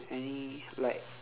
any like